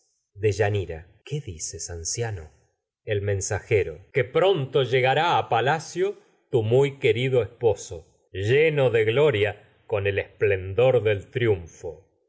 deyanira el qué dices anciano mensajero que pronto llegará con a palacio tu muy querido esposo lleno de gloria el esplendor del triunfo